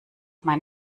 mein